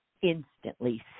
instantly